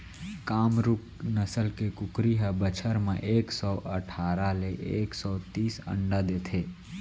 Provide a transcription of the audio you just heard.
कामरूप नसल के कुकरी ह बछर म एक सौ अठारा ले एक सौ तीस अंडा देथे